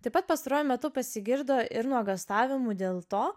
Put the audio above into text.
taip pat pastaruoju metu pasigirdo ir nuogąstavimų dėl to